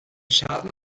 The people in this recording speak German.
schaden